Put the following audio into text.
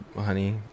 honey